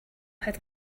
had